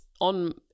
on